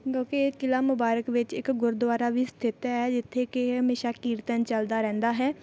ਕਿਉਂਕਿ ਇਹ ਕਿਲ੍ਹਾ ਮੁਬਾਰਕ ਵਿੱਚ ਇੱਕ ਗੁਰਦੁਆਰਾ ਵੀ ਸਥਿੱਤ ਹੈ ਜਿੱਥੇ ਕਿ ਹਮੇਸ਼ਾ ਕੀਰਤਨ ਚੱਲਦਾ ਰਹਿੰਦਾ ਹੈ